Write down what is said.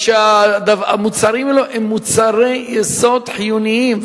מכיוון שהמוצרים האלו הם מוצרי יסוד חיוניים,